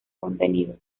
contenido